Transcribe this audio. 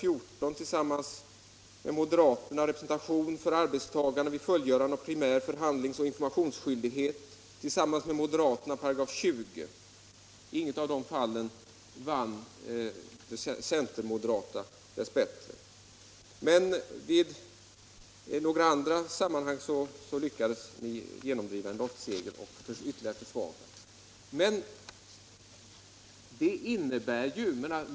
Det gäller t.ex. 14 § om representation för arbetstagare vid fullgörande av primär förhandlingsoch informationsskyldighet samt 20 §. Dess bättre vann inget av de center-moderata förslagen i dessa fall. Men i några andra fall lyckades ni genomdriva en lottseger, som försvagade medbestämmandelagen.